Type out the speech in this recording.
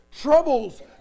Troubles